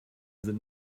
sind